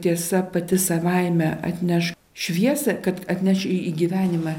tiesa pati savaime atneš šviesą kad atneš į gyvenimą